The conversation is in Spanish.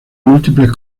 múltiples